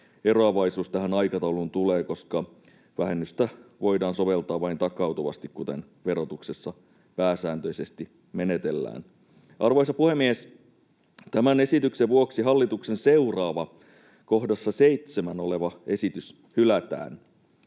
Eroavaisuus tähän aikatauluun tulee, koska vähennystä voidaan soveltaa vain takautuvasti, kuten verotuksessa pääsääntöisesti menetellään. Arvoisa puhemies! Tämän esityksen vuoksi hallituksen seuraava, kohdassa 7 oleva esitys hylätään.